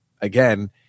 again